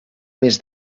més